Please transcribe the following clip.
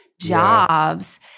jobs